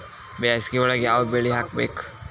ಬ್ಯಾಸಗಿ ಒಳಗ ಯಾವ ಬೆಳಿ ಹಾಕಬೇಕು?